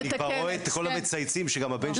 לא, אני כבר רואה את כל המצייצים שגם הבן שלי.